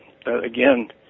again